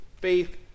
faith